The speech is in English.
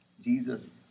Jesus